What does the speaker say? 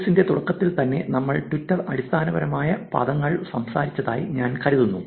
കോഴ്സിന്റെ തുടക്കത്തിൽ തന്നെ നമ്മൾ ട്വിറ്റർ അടിസ്ഥാനപരമായ പദങ്ങൾ സംസാരിച്ചതായി ഞാൻ കരുതുന്നു